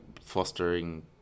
fostering